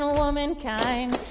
womankind